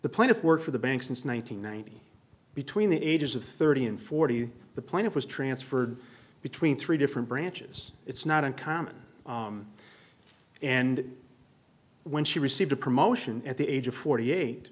the plaintiff work for the banks since one nine hundred ninety between the ages of thirty and forty the plaintiff was transferred between three different branches it's not uncommon and when she received a promotion at the age of forty eight